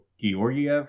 Georgiev